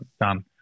done